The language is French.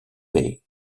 bay